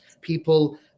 People